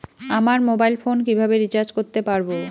আমার mobile phone কিভাবে recharge করতে পারব?